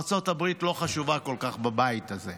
ארצות הברית לא חשובה כל כך בבית הזה.